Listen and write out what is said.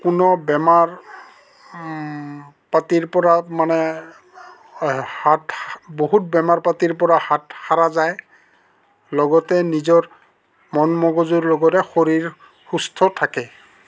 কোনো বেমাৰ পাতিৰ পৰা মানে হাত বহুত বেমাৰ পাতিৰ পৰা হাত সাৰা যায় লগতে নিজৰ মন মগজুৰ লগতে শৰীৰ সুস্থ থাকে